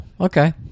okay